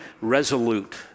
resolute